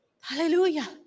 Hallelujah